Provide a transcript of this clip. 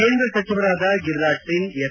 ಕೇಂದ್ರ ಸಚಿವರಾದ ಗಿರಿರಾಜ್ ಸಿಂಗ್ ಎಸ್